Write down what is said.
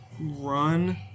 run